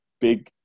big